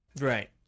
right